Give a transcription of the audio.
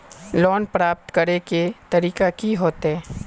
Loan प्राप्त करे के तरीका की होते?